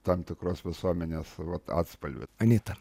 tam tikros visuomenės vat atspalvio anyta